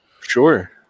Sure